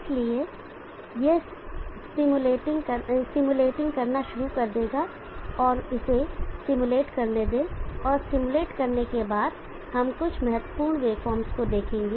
इसलिए यह स्टिमुलेटिंग करना शुरू कर देगा इसे स्टिमुलेट करने दें और स्टिमुलेट करने के बाद हम कुछ महत्वपूर्ण वेवफॉर्म्स को देखेंगे